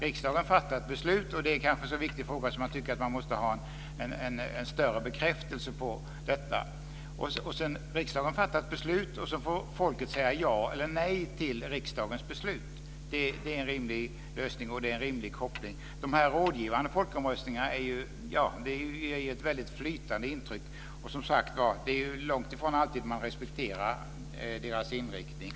Riksdagen fattar ett beslut, och det gäller kanske en så viktig fråga att man tycker att man måste ha en vidare bekräftelse. Sedan får folket säga ja eller nej till riksdagens beslut. Det är en rimlig lösning, och det är en rimlig koppling. De rådgivande folkomröstningarna ger ett väldigt flytande intryck. Det är som sagt var långt ifrån alltid man respekterar deras utfall.